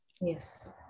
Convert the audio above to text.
yes